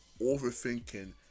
overthinking